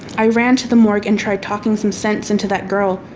i ran to the morgue and tried talking some sense into that girl,